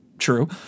true